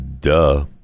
Duh